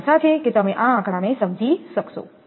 મને આશા છે કે તમે આ આંકડાને સમજી શકશો